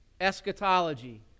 eschatology